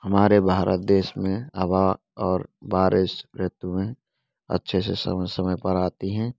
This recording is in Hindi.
हमारे भारत देश में हवा और बारिश ऋतु है अच्छे से समय समय पर आती है